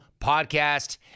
podcast